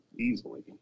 easily